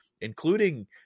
including